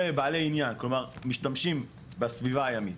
ובעלי עניין משתמשים בסביבה הימית.